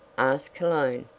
asked cologne,